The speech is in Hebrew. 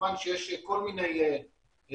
כמובן שיש כל מיני תרחישים,